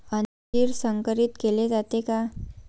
अंजीर संकरित केले जाते का?